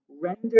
Render